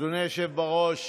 אדוני היושב-ראש,